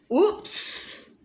Oops